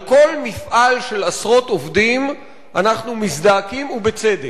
על כל מפעל של עשרות עובדים אנחנו מזדעקים, ובצדק,